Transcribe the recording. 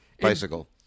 Bicycle